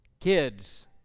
Kids